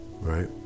right